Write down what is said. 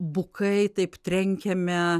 bukai taip trenkiame